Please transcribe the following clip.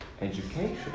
education